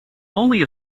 only